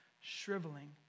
shriveling